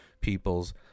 people's